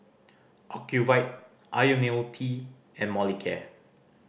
Ocuvite Ionil T and Molicare